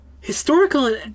historical